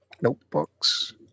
notebooks